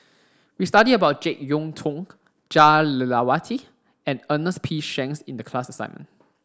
we studied about Jek Yeun Thong Jah Lelawati and Ernest P Shanks in the class assignment